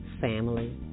family